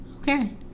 Okay